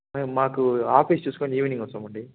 మాకు ఆఫీస్ చూసుకొని ఈవినింగ్ వస్తామండి